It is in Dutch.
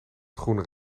groener